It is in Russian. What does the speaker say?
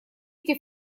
эти